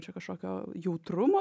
čia kažkokio jautrumo